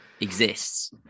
exists